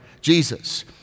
Jesus